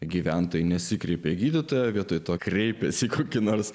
gyventojai nesikreipė gydytojai vietoj to kreipiasi kokia nors